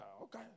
okay